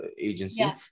agency